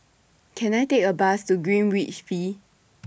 Can I Take A Bus to Greenwich V